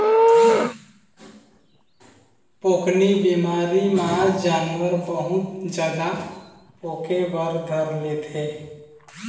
पोकनी बिमारी म जानवर बहुत जादा पोके बर धर लेथे